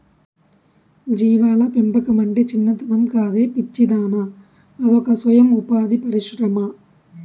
జీవాల పెంపకమంటే చిన్నతనం కాదే పిచ్చిదానా అదొక సొయం ఉపాధి పరిశ్రమ